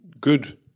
good